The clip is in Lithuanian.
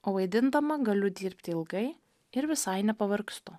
o vaidindama galiu dirbti ilgai ir visai nepavargstu